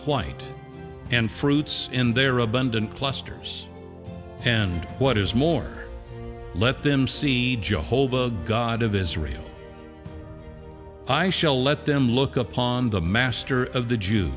white and fruits in their abundant clusters and what is more let them see joe whole the god of israel i shall let them look upon the master of the jew